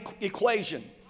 equation